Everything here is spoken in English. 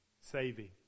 saving